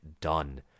done